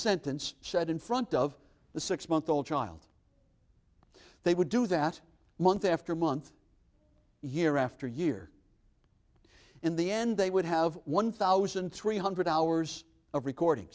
sentence said in front of the six month old child they would do that month after month year after year in the end they would have one thousand three hundred hours of recording